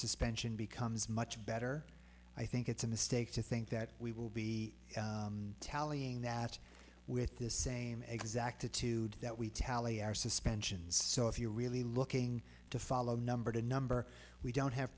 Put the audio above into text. suspension becomes much better i think it's a mistake to think that we will be tallying that with the same exactitude that we tally our suspensions so if you're really looking to follow number the number we don't have